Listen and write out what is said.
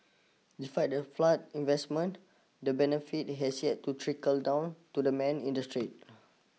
despite the flood investments the benefit has yet to trickle down to the man in the street